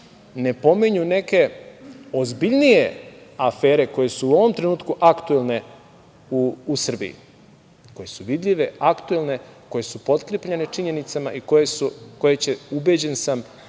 ne pominju neke ozbiljnije afere koje su u ovom trenutku aktuelne u Srbiji, koje su vidljive, aktuelne, koje su potkrepljene činjenicama i koje će, ubeđen sam